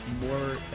more